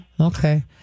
Okay